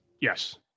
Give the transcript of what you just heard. Yes